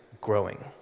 growing